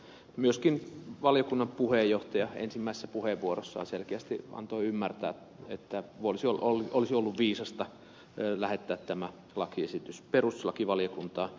myöskin valiokunnan puheenjohtaja ensimmäisessä puheenvuorossaan selkeästi antoi ymmärtää että olisi ollut viisasta lähettää tämä lakiesitys perustuslakivaliokuntaan